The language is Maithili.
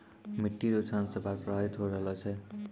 मिट्टी रो क्षरण से बाढ़ प्रभावित होय रहलो छै